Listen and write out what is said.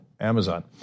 Amazon